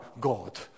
God